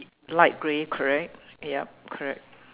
light grey correct yup correct